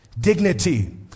dignity